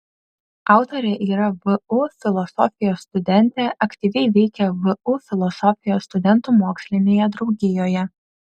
autorė yra vu filosofijos studentė aktyviai veikia vu filosofijos studentų mokslinėje draugijoje